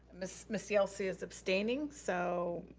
miss miss yelsey is abstaining. so